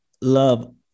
love